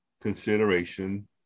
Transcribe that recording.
consideration